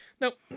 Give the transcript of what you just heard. Nope